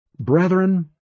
Brethren